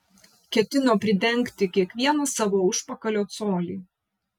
ketino pridengti kiekvieną savo užpakalio colį